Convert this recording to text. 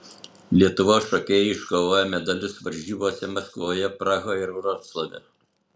lietuvos šokėjai iškovojo medalius varžybose maskvoje prahoje ir vroclave